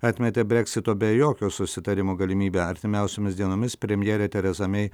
atmetė breksito be jokio susitarimo galimybę artimiausiomis dienomis premjerė teresa mei